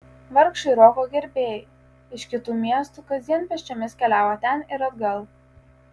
vargšai roko gerbėjai iš kitų miestų kasdien pėsčiomis keliavo ten ir atgal